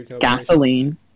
gasoline